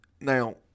Now